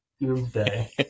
doomsday